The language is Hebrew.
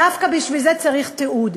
דווקא בשביל זה צריך תיעוד.